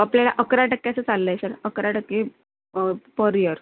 आपल्याला अकरा टक्क्यांचं चाललं आहे सर अकरा टक्के पर इयर